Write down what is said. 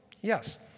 yes